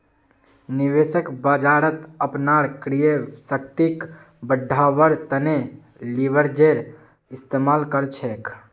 निवेशक बाजारत अपनार क्रय शक्तिक बढ़व्वार तने लीवरेजेर इस्तमाल कर छेक